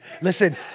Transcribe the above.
Listen